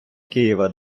києва